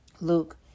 Luke